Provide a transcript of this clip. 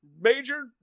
major